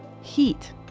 Heat